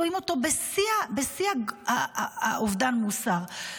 רואים אותו בשיא אובדן המוסר.